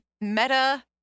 meta